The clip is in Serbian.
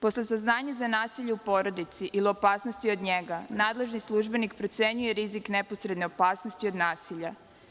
Posle saznanja za nasilje u porodici ili opasnosti od njega nadležni službenik procenjuje rizik neposredne opasnosti od nasilja.